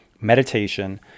meditation